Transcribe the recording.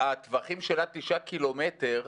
הטווחים שלה, תשעה קילומטר,